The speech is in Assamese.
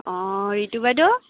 অঁ ৰিতু বাইদেউ